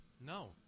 No